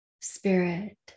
Spirit